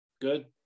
Good